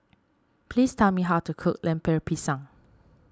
please tell me how to cook Lemper Pisang